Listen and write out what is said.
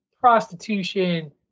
prostitution